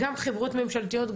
גם חברות ממשלתיות,